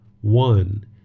One